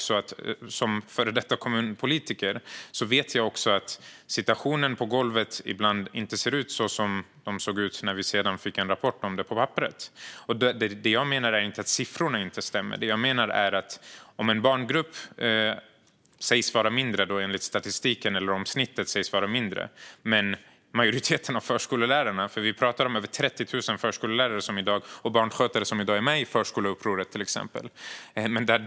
Som före detta kommunpolitiker vet jag att situationen på golvet ibland inte ser ut så som den sedan ser ut när vi får en rapport om det på papper. Det jag menar är inte att siffrorna inte stämmer. Snittet för en barngrupp sägs vara mindre enligt statistiken. Vi talar i dag om över 30 000 förskollärare och barnskötare som är med i till exempel förskoleupproret.